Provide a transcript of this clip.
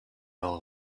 will